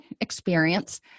experience